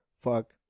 Fuck